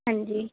ਹਾਂਜੀ